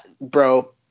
bro